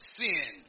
sin